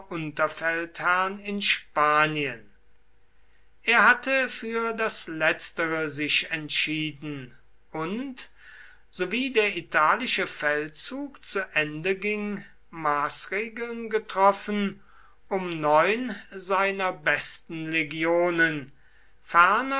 unterfeldherren in spanien er hatte für das letztere sich entschieden und sowie der italische feldzug zu ende ging maßregeln getroffen um neun seiner besten legionen ferner